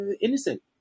innocent